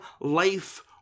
life